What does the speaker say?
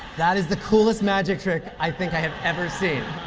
that is the coolest magic trick, i think, i have ever seen.